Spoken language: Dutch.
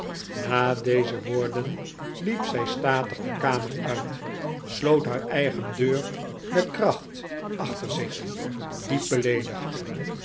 na deze woorden liep zij statig de kamer uit en sloot haar eigen deur met kracht achter zich diep beleedigd